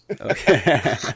okay